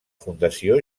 fundació